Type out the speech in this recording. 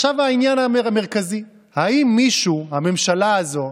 מוחקים את המדינה הזו.